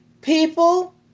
People